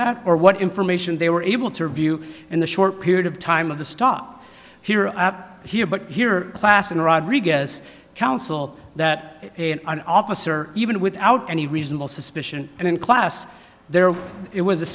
that or what information they were able to review in the short period of time of the stop here up here but here klassen rodriguez counseled that an officer even without any reasonable suspicion and in class there it was